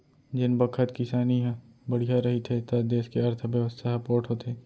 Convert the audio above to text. जेन बखत किसानी ह बड़िहा रहिथे त देस के अर्थबेवस्था ह पोठ होथे